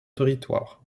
territoire